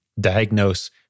diagnose